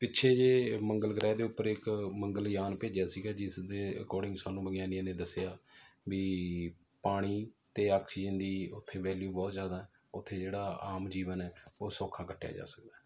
ਪਿੱਛੇ ਜੇ ਮੰਗਲ ਗ੍ਰਹਿ ਦੇ ਉੱਪਰ ਇੱਕ ਮੰਗਲਯਾਨ ਭੇਜਿਆ ਸੀਗਾ ਜਿਸਦੇ ਅਕੋਡਿੰਗ ਸਾਨੂੰ ਵਿਗਿਆਨੀਆਂ ਨੇ ਦੱਸਿਆ ਵੀ ਪਾਣੀ ਅਤੇ ਆਕਸੀਜਨ ਦੀ ਉੱਥੇ ਵੈਲਿਊ ਬਹੁਤ ਜ਼ਿਆਦਾ ਉੱਥੇ ਜਿਹੜਾ ਆਮ ਜੀਵਨ ਹੈ ਉਹ ਸੌਖਾ ਕੱਟਿਆ ਜਾ ਸਕਦਾ